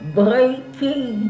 breaking